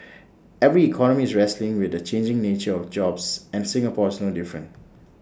every economy is wrestling with the changing nature of jobs and Singapore is no different